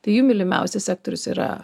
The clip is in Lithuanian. tai jų mylimiausias sektorius yra